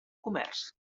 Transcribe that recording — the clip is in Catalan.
comerç